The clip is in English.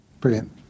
Brilliant